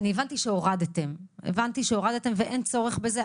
אני הבנתי שהורדתם ואין צורך בזה.